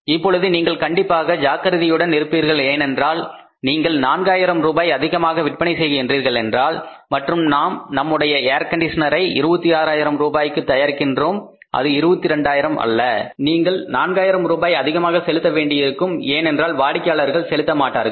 இப்பொழுது நீங்கள் கண்டிப்பாக ஜாக்கிரதையுடன் இருப்பீர்கள் ஏனென்றால் நீங்கள் 4 ஆயிரம் ரூபாய் அதிகமாக விற்பனை செய்கின்றீர்கள் என்றால் மற்றும் நாம் நம்முடைய ஏர்கண்டிஷனர் ஐ 26 ஆயிரம் ரூபாய்க்கு தயாரிக்கிறோம் அது 22000 அல்ல நீங்கள் நான் நான்காயிரம் ரூபாய் அதிகமாக செலுத்த வேண்டியிருக்கும் ஏனென்றால் வாடிக்கையாளர்கள் செலுத்த மாட்டார்கள்